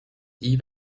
eve